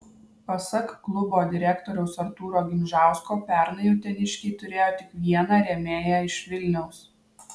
pasak klubo direktoriaus artūro gimžausko pernai uteniškiai turėjo tik vieną rėmėją iš vilniaus